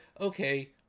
okay